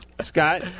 Scott